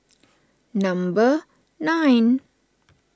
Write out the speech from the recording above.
number nine